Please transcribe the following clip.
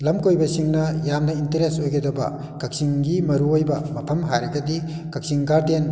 ꯂꯝ ꯀꯣꯏꯕꯁꯤꯡꯅ ꯌꯥꯝꯅ ꯏꯟꯇꯔꯦꯁ ꯑꯣꯏꯒꯗꯕ ꯀꯛꯆꯤꯡꯒꯤ ꯃꯔꯨ ꯑꯣꯏꯕ ꯃꯐꯝ ꯍꯥꯏꯔꯒꯗꯤ ꯀꯛꯆꯤꯡ ꯒꯥꯔꯗꯦꯟ